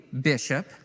Bishop